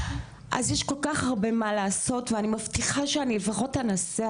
אז יש כל כך הרבה מה לעשות ואני מבטיחה שאני לפחות אנסה,